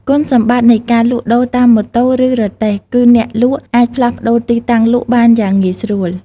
គុណសម្បត្តិនៃការលក់ដូរតាមម៉ូតូ ឬរទេះ គឺអ្នកលក់អាចផ្លាស់ប្តូរទីតាំងលក់បានយ៉ាងងាយស្រួល។